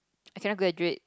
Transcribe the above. I cannot graduate